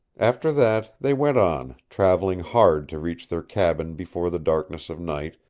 after that they went on, traveling hard to reach their cabin before the darkness of night,